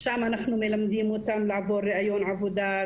שם אנחנו מלמדים אותם לעבור ראיון עבודה,